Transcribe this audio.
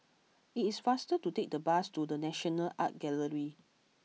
it is faster to take the bus to The National Art Gallery